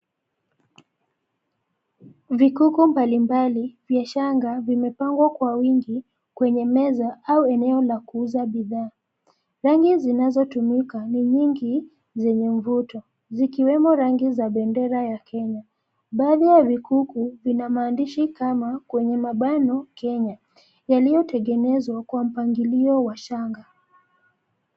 Vikuku mbali mbali vya shanga vimepangwa kwa wingi kwenye meza au eneo la kuuza bidhaa. Rangi zinazotumika ni nyingi , zenye mvuto, ikiwemo rangi za bendera ya kenya. Baadhi ya vikuku vina maandishi kama kwenye mabano Kenya yaliyotengenezwa kwa mpangilio wa shanga.